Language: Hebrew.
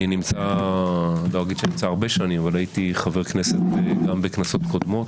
אני הייתי חבר כנסת גם בכנסות קודמות,